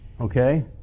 Okay